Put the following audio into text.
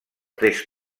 tres